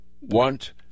want